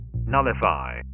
Nullify